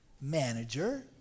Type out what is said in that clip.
manager